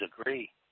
agree